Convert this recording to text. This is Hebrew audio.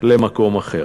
למקום אחר.